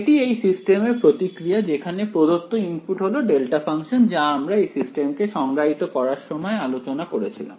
এটি সিস্টেমের প্রতিক্রিয়া যখন প্রদত্ত ইনপুট হল ডেল্টা ফাংশন যা আমরা এই সিস্টেমকে সংজ্ঞায়িত করার সময় আলোচনা করেছিলাম